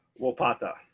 Wopata